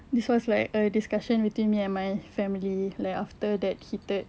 this was like a discussion between me and my family like after that heated